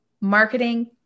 marketing